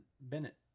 Bennett